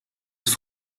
nach